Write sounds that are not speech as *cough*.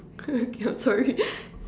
okay I'm sorry *laughs*